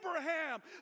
Abraham